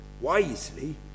Wisely